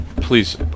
Please